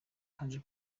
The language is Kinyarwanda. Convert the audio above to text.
haje